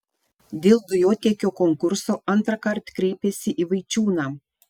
dėl dujotiekio konkurso antrąkart kreipėsi į vaičiūną